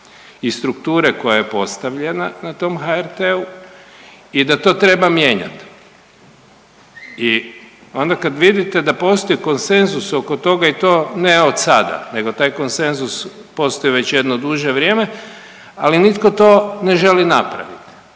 i strukture koja je postavljena na tom HRT-u i da to treba mijenjati. I onda kada vidite da postoji konsenzus oko toga i to ne od sada, nego taj konsenzus postoji već jedno duže vrijeme ali nitko to ne želi napraviti.